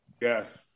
Yes